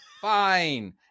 fine